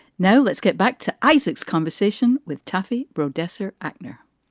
now let's get back to isaac's conversation with tuffy row, destler agner